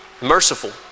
Merciful